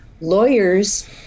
lawyers